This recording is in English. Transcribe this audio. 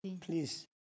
please